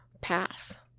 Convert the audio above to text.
pass